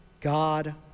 God